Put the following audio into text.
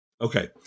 Okay